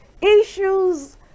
Issues